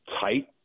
tight